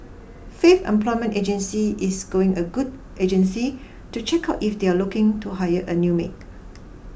Faith Employment Agency is going a good agency to check out if they are looking to hire a new maid